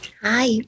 Hi